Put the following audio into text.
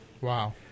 Wow